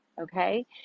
Okay